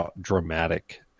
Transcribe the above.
dramatic